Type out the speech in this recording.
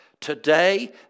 Today